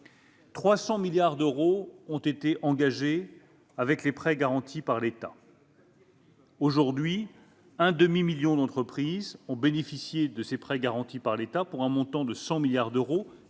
300 milliards d'euros ont été engagés au travers des prêts garantis par l'État. Aujourd'hui, un demi-million d'entreprises ont bénéficié de ces prêts garantis pour un montant de 100 milliards d'euros,